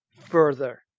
further